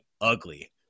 ugly